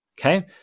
Okay